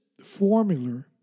formula